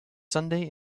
sunday